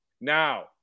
now